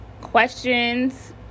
questions